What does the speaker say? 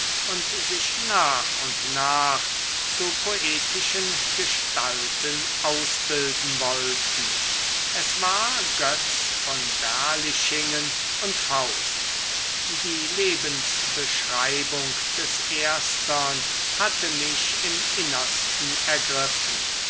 und sich nach und nach zu poetischen gestalten ausbilden wollten es war götz von berlichingen und faust die lebensbeschreibung des erstern hatte mich im innersten ergriffen